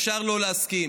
אפשר לא להסכים.